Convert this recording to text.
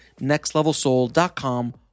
nextlevelsoul.com